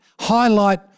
highlight